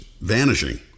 vanishing